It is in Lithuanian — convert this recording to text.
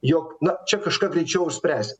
jog na čia kažką greičiau išspręsi